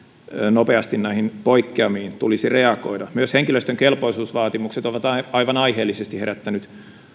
nopeasti näihin poikkeamiin tulisi reagoida myös henkilöstön kelpoisuusvaatimukset ovat aivan aiheellisesti herättäneet